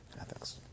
Ethics